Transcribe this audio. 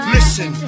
Listen